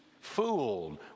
fooled